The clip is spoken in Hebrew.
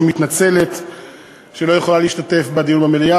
שמתנצלת שהיא לא יכולה להשתתף בדיון במליאה